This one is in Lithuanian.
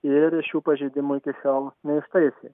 ir šių pažeidimų iki šiol neištaisė